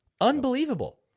Unbelievable